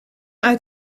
uit